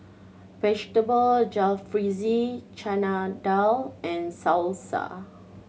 Vegetable Jalfrezi Chana Dal and Salsa